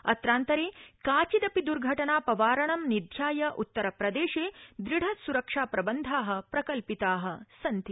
अत्रान्तरे काचिदपि द्र्घटनापवारणं निध्याय उत्तस्प्रदेशे दृढ स्रक्षा प्रबन्धा प्रकल्पिता सन्ति